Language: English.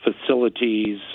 facilities